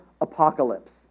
apocalypse